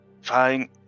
fine